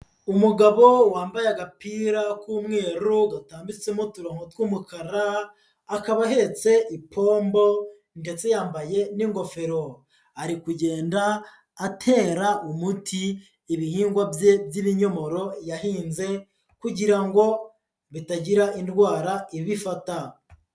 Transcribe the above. Umugabo wambaye agapira k'umweru gatambitsemo uturongonmo tw'umukara, akaba ahetse ipombo ndetse yambaye n'ingofero, ari kugenda atera umuti ibihingwa bye by'inyomoro yahinze kugira ngo bitagira indwara ibifata.